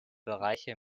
bereiche